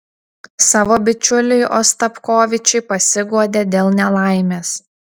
savo bičiuliui ostapkovičiui pasiguodė dėl nelaimės